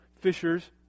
fishers